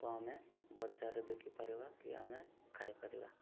ତାକୁ ଆମେ ବଜାରରେ ବିକିପାରିବା କି ଆମେ ଖାଇପାରିବା